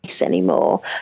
anymore